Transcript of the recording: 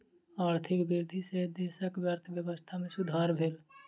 आर्थिक वृद्धि सॅ देशक अर्थव्यवस्था में सुधार भेल